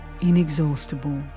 inexhaustible